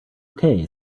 okay